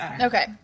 Okay